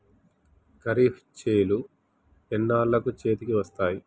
ఖరీఫ్ చేలు ఎన్నాళ్ళకు చేతికి వస్తాయి?